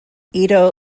ito